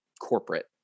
corporate